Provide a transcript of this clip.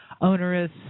onerous